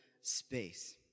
space